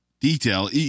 detail